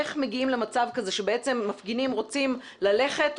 איך מגיעים למצב כזה שבעצם מפגינים רוצים ללכת,